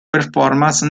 performance